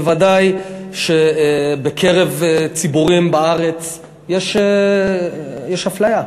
ודאי שבקרב ציבורים בארץ יש אפליה.